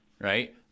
right